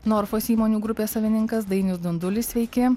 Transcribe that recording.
norfos įmonių grupės savininkas dainius dundulis sveiki